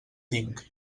tinc